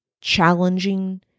challenging